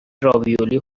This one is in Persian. راویولی